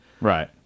Right